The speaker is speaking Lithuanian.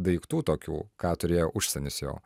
daiktų tokių ką turėjo užsienis jau